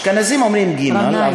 אשכנזים אומרים גימ"ל,